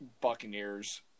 buccaneers